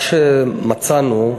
מה שמצאנו,